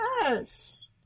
Yes